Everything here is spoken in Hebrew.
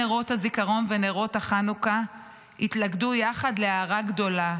נרות הזיכרון ונרות החנוכה התלכדו יחד להארה גדולה,